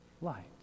light